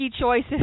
choices